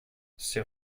ses